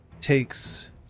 takes